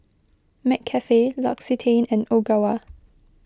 McCafe L'Occitane and Ogawa